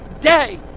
day